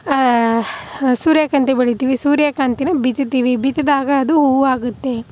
ಸೂರ್ಯಕಾಂತಿ ಬೆಳಿತೀವಿ ಸೂರ್ಯಕಾಂತಿನ ಬಿತ್ತುತೀವಿ ಬಿತ್ತಿದಾಗ ಅದು ಹೂವಾಗುತ್ತೆ